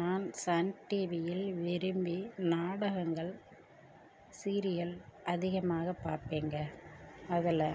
நான் சன் டிவியில் விரும்பி நாடகங்கள் சீரியல் அதிகமாக பார்ப்பேன்க அதில்